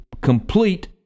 complete